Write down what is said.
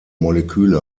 moleküle